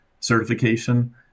certification